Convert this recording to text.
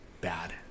bad